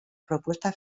propuesta